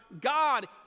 God